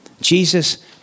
Jesus